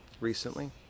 recently